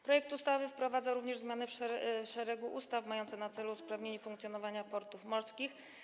Projekt ustawy wprowadza również zmiany w szeregu ustawy, które mają na celu usprawnienie funkcjonowania portów morskich.